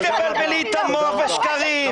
אל תבלבלי את המוח בשקרים.